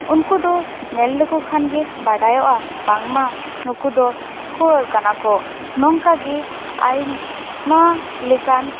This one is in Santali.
ᱩᱱᱠᱩ ᱫᱚ ᱧᱮᱞ ᱞᱮᱠᱚ ᱠᱷᱟᱱ ᱜᱮ ᱵᱟᱰᱟᱭᱚᱜᱼᱟ ᱵᱟᱝᱢᱟ ᱱᱩᱠᱩ ᱫᱚ ᱠᱳᱞ ᱠᱟᱱᱟ ᱠᱚ ᱱᱚᱝᱠᱟᱜᱮ ᱟᱭᱢᱟ ᱞᱮᱠᱟᱱ